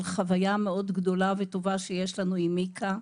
חוויה גדולה וטובה שיש לנו עם מיקה.